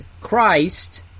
Christ